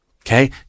Okay